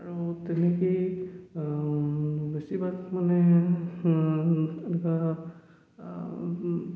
আৰু তেনেকেই বেছিভাগ মানে